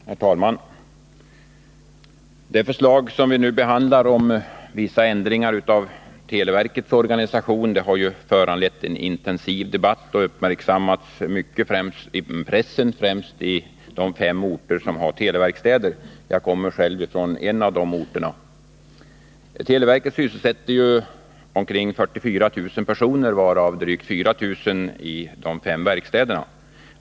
Herr talman! Det förslag om vissa ändringari televerkets organisation som vi nu behandlar har föranlett en intensiv debatt, och det har uppmärksammats i pressen, främst på de fem orter som har televerkstäder. Jag kommer själv från en av de orterna. Televerket sysselsätter omkring 44 000 personer, varav drygt 4 000i de fem verkstäderna.